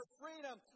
freedom